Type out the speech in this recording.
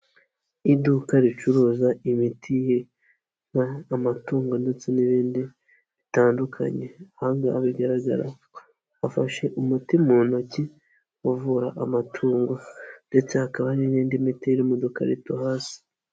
Iduka ricuruza imiti y'amatungo ndetse n'ibindi bitandukanye aha ngaha bigaragara afashe umuti mu ntoki uvura amatungo ndetse hakaba hari n'indi miti iri mu dukarito hasi.